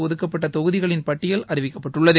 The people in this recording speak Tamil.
ஒதுக்கப்பட்ட தொகுதிகளின் பட்டியல் அறிவிக்கப்பட்டுள்ளது